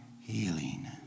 healing